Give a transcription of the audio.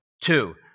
two